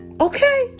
Okay